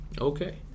Okay